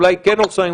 אולי כן הורסים,